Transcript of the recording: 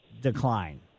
decline